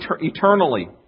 eternally